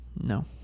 No